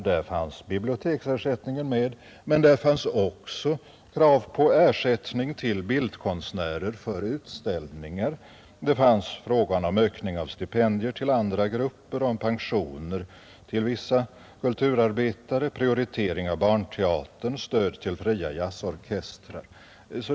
Där fanns biblioteksersättningen med, men där fanns också krav på ersättning till bildkonstnärer för utställningar, där fanns frågan om ökning av stipendierna till andra grupper, pensioner till vissa grupper av kulturarbetare, prioritering av barnteatern och stöd till fria jazzorkestrar.